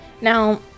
Now